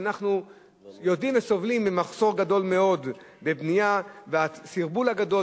שאנחנו יודעים וסובלים ממחסור גדול מאוד בבנייה ועם הסרבול הגדול,